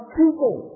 people